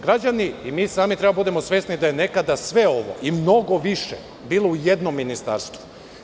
Građani i mi sami treba da budemo svesni da je nekada sve ovo i mnogo više bilo u jednom ministarstvu.